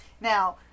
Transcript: Now